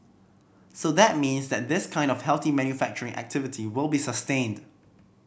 so that means that this kind of healthy manufacturing activity will be sustained